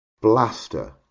blaster